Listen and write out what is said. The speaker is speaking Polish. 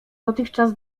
dotychczas